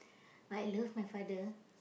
I love my father